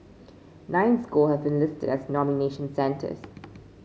nine school have been listed as nomination centres